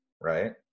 right